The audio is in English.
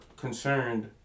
concerned